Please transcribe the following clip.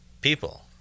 people